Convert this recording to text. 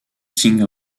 king